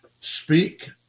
speak